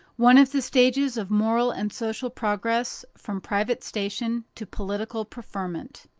one of the stages of moral and social progress from private station to political preferment.